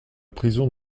prison